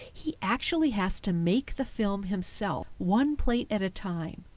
he actually has to make the film himself one plate at a time.